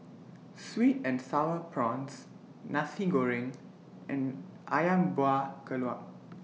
Sweet and Sour Prawns Nasi Goreng and Ayam Buah Keluak